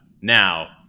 Now